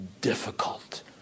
difficult